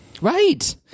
Right